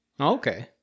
Okay